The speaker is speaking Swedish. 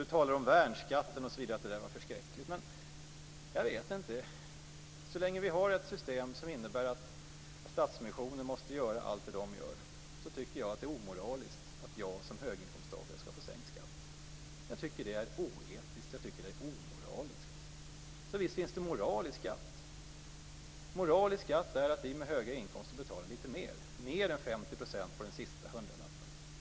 Han talade om att värnskatten var så förskräcklig. Men jag vet inte. Så länge vi har ett system som innebär att Stadsmissionen måste göra allt de gör, tycker jag att det är omoraliskt att jag som höginkomsttagare skall få sänkt skatt. Jag tycker att det är oetiskt. Jag tycker att det är omoraliskt. Visst finns det moral i skatt. Moral i skatt är att vi med höga inkomster betalar lite mer, mer än 50 % på den sista hundralappen.